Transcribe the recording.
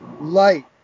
light